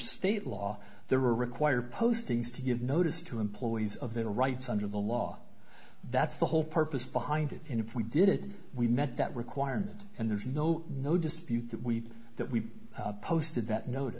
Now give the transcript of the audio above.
state law the require postings to give notice to employees of their rights under the law that's the whole purpose behind it and if we did it we met that requirement and there's no no dispute that we that we posted that not